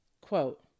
Quote